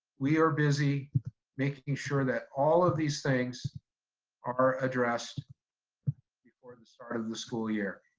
we are busy making sure that all of these things are addressed before the start of the school year.